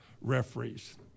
referees